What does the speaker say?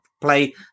play